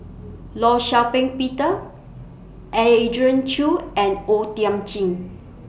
law Shau Ping Peter Andrew Chew and O Thiam Chin